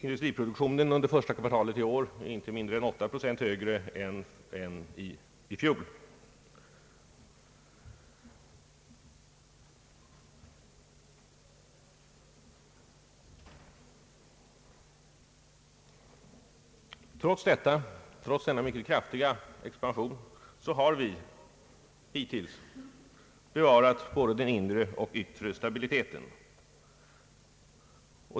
Industriproduktionen under det första kvartalet i år är inte mindre än 8 procent högre än i fjol. Trots denna mycket kraftiga expansion har vi hittills bevarat både den inre och den yttre stabiliteten.